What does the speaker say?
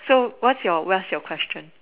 so what's your what's your question